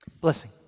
Blessing